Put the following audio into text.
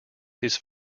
his